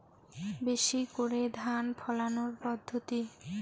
বেশি করে ধান ফলানোর পদ্ধতি?